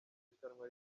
irushanwa